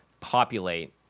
populate